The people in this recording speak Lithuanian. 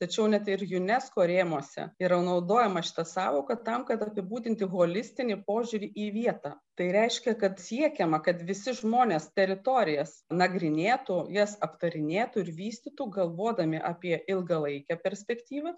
tačiau net ir unesco rėmuose yra naudojama šita sąvoka tam kad apibūdinti holistinį požiūrį į vietą tai reiškia kad siekiama kad visi žmonės teritorijas nagrinėtų jas aptarinėtų ir vystytų galvodami apie ilgalaikę perspektyvą